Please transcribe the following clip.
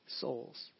souls